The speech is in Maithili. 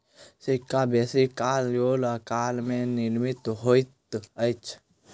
सिक्का बेसी काल गोल आकार में निर्मित होइत अछि